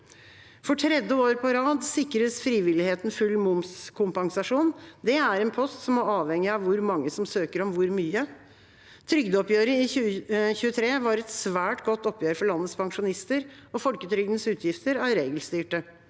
For tredje år på rad sikres frivilligheten full momskompensasjon. Det er en post som er avhengig av hvor mange som søker om hvor mye. Trygdeoppgjøret i 2023 var et svært godt oppgjør for landets pensjonister. Folketrygdens utgifter er regelstyrte.